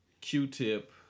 Q-Tip